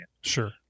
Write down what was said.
Sure